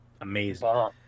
amazing